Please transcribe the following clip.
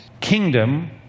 kingdom